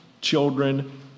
children